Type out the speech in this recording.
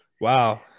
Wow